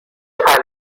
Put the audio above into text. الکلی